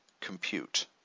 compute